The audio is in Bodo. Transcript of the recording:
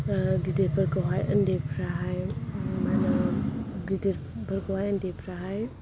गिदिर फोरखौहाय उन्दै फ्रा हाय मा होनो गिदिर फोरखौ उन्दै फ्राहाय